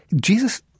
Jesus